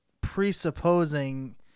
presupposing